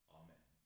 amen